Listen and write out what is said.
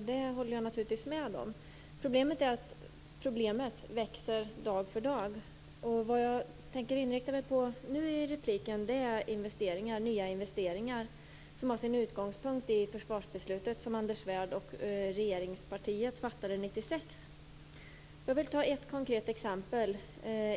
Det håller jag naturligtvis med om. Problemet är att problemen växer dag för dag. I den här repliken tänker jag inrikta mig på nya investeringar som har sin utgångspunkt i försvarsbeslutet som Anders Svärd och regeringspartiet fattade 1996. Jag vill ta ett konkret exempel.